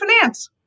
finance